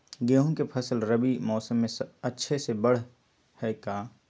गेंहू के फ़सल रबी मौसम में अच्छे से बढ़ हई का?